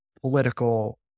political